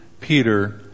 Peter